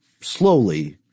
slowly